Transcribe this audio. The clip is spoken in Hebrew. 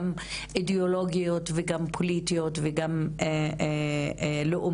גם אידיאולוגיות וגם פוליטיות וגם לאומיות,